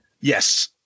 yes